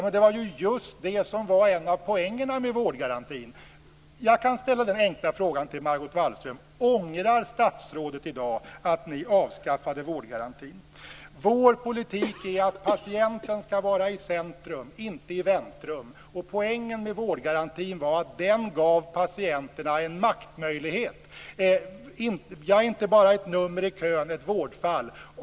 Men det var just det som var en av poängerna med vårdgarantin. Jag kan ställa den enkla frågan till Margot Wallström: Ångrar statsrådet i dag att ni avskaffade vårdgarantin? Vår politik är att patienten skall vara i centrum - inte i väntrum. Poängen med vårdgarantin var att den gav patienterna en maktmöjlighet: Jag är inte bara ett nummer i kön, ett vårdfall.